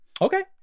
Okay